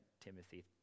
Timothy